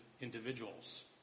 individuals